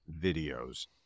videos